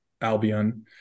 Albion